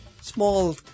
small